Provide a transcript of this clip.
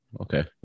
Okay